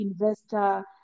investor